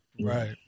Right